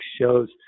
shows